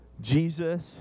Jesus